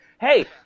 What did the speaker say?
hey